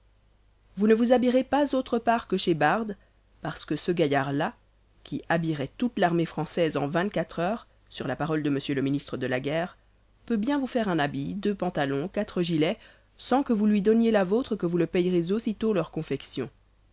vous ne vous habillerez pas autre part que chez bardes parce que ce gaillard-là qui habillerait toute l'armée française en vingt-quatre heures sur la parole de m le ministre de la guerre peut bien vous faire un habit deux pantalons quatre gilets sans que vous lui donniez la vôtre que vous le payerez aussitôt leur confection